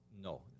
No